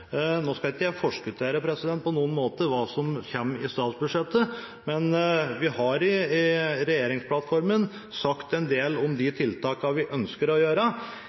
Nå skal ikke jeg på noen måte forskuttere hva som kommer i statsbudsjettet, men vi har i regjeringsplattformen sagt en del om de tiltakene vi ønsker å gjøre.